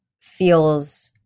feels